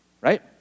right